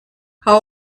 how